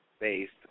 Based